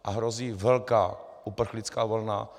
A hrozí velká uprchlická vlna.